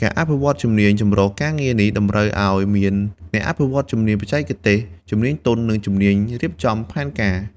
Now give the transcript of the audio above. ការអភិវឌ្ឍជំនាញចម្រុះការងារនេះតម្រូវឱ្យមានអ្នកអភិវឌ្ឍជំនាញបច្ចេកទេស ជំនាញទន់ និងជំនាញរៀបចំផែនការ។